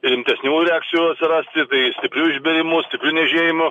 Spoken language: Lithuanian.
rimtesnių reakcijų atsirasti tai stipriu išbėrimu stipriu niežėjimu